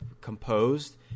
composed